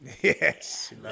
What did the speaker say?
Yes